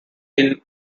inn